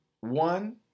one